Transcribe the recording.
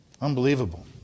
Unbelievable